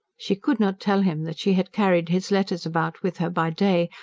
she could not tell him that she had carried his letters about with her by day,